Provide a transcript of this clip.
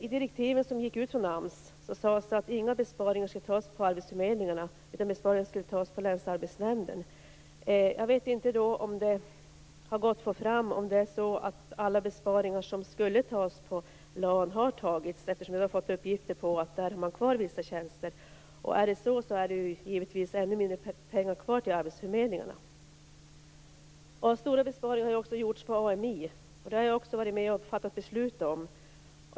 I direktiven som gick ut från AMS sades det att det inte skulle göras några besparingar på arbetsförmedlingarna utan att besparingar skulle göras på länsarbetsnämnderna. Jag vet inte om det här har gått fram, om alla besparingar som skulle göras på LAN har gjorts, eftersom jag har fått uppgifter om att man där har kvar vissa tjänster. Om det är så, blir det givetvis ännu mindre pengar kvar till arbetsförmedlingarna. Stora besparingar har också gjorts på AMI. Det har jag också varit med och fattat beslut om.